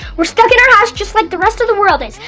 we're stuck in our house just like the rest of the world is,